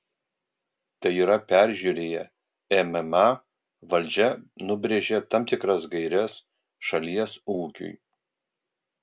tai yra peržiūrėję mma valdžia nubrėžia tam tikras gaires šalies ūkiui